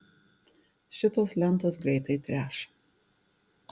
šitos lentos greitai treš